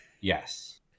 Yes